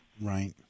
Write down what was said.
Right